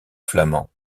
flamand